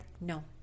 No